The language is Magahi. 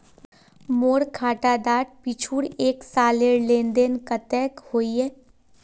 मोर खाता डात पिछुर एक सालेर लेन देन कतेक होइए?